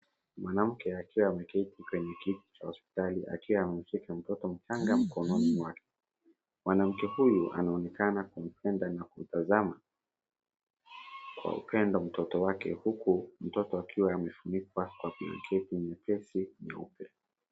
Mwanamke akiwa ameketi kwenye kiti cha hospitali akiwa amemshika mtoto mchanga mkononi mwake. Mwanamke huyu anaonekana kumpenda na kumtazama kwa upendo mtoto wake huku mtoto akiwa amefunikwa kwa pilloketi nyepesi nyeupe.